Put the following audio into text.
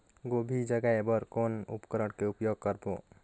गोभी जगाय बर कौन उपकरण के उपयोग करबो?